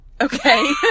Okay